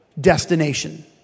destination